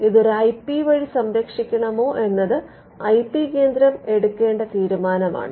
ഇത് ഒരു I P വഴി സംരക്ഷിക്കണമോ എന്നത് ഐ പി കേന്ദ്രം എടുക്കേണ്ട തീരുമാനമാണ്